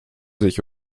sich